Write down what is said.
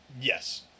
Yes